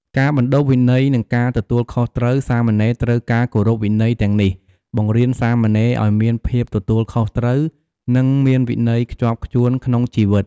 ការបណ្ដុះវិន័យ និងការទទួលខុសត្រូវ សាមណេរត្រូវការគោរពវិន័យទាំងនេះបង្រៀនសាមណេរឱ្យមានភាពទទួលខុសត្រូវ និងមានវិន័យខ្ជាប់ខ្ជួនក្នុងជីវិត។